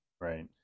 Right